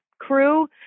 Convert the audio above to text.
crew